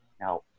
Now